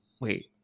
wait